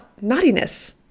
naughtiness